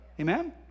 Amen